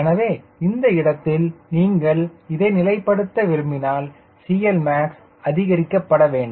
எனவே இந்த இடத்தில் நீங்கள் இதை நிலைப்படுத்த விரும்பினால் CLmax அதிகரிக்கப்பட வேண்டும்